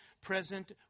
present